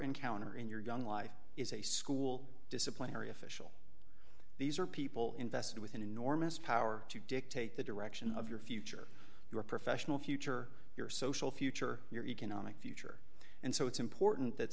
encounter in your young life is a school disciplinary official these are people invested with an enormous power to dictate the direction of your future your professional future your social future your economic future and so it's important that